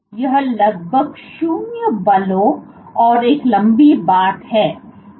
तो यह लगभग 0 बलों और एक लंबी बात है